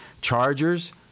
chargers